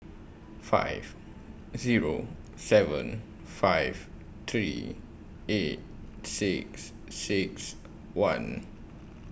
five Zero seven five three eight six six one